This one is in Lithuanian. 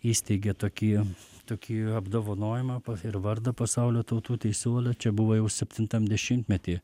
įsteigė tokį tokį apdovanojimą ir vardą pasaulio tautų teisuolio čia buvo jau septintam dešimtmety